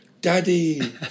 Daddy